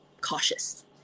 cautious